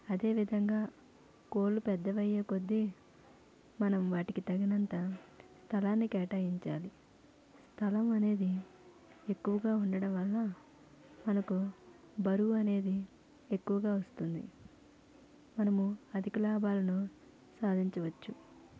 అదే విధంగా కోళ్ళు పెద్దవి అయ్యే కొద్ది మనం వాటికి తగినంత స్థలాన్ని కేటాయించాలి స్థలం అనేది ఎక్కువుగా ఉండడం వలన మనకు బరువు అనేది ఎక్కువుగా వస్తుంది మనము అధిక లాభాలను సాధించవచ్చు